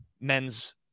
men's